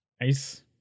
Nice